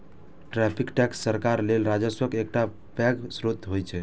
tariff tax सरकार लेल राजस्वक एकटा पैघ स्रोत होइ छै